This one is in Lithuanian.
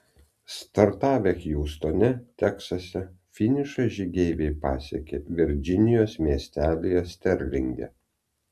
startavę hjustone teksase finišą žygeiviai pasiekė virdžinijos miestelyje sterlinge